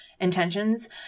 intentions